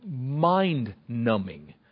mind-numbing